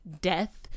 death